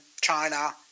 China